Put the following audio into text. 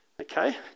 Okay